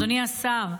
אדוני השר,